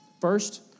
First